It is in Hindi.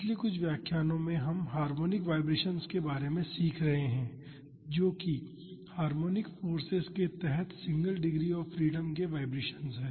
पिछले कुछ व्याख्यानों में हम हार्मोनिक वाईब्रेशन्स के बारे में सीख रहे हैं जो कि हार्मोनिक फोर्सेज के तहत सिंगल डिग्री ऑफ़ फ्रीडम के वाईब्रेशन्स हैं